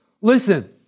Listen